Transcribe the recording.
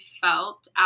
felt